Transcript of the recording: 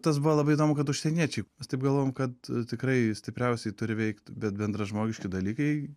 tas buvo labai įdomu kad užsieniečiai mes taip galvojom kad tikrai jis stipriausiai turi veikt bet bendražmogiški dalykai